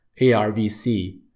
ARVC